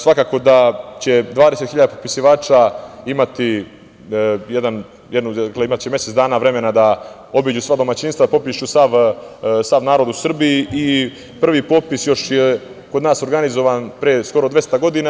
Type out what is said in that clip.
Svakako da će 20 hiljada popisivača imati mesec dana vremena da obiđu sva domaćinstva, popišu sav narod u Srbiji i prvi popis je kod nas organizovan pre skoro 200 godina.